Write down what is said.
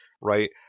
right